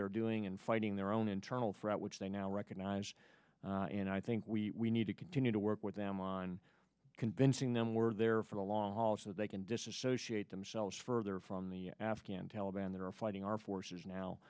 they're doing in fighting their own internal threat which they now recognize and i think we need to continue to work with them on convincing them we're there for the long haul so they can disassociate themselves further from the afghan taliban there are fighting our forces now